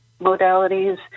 modalities